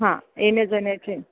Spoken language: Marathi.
हां येण्या जाण्याचे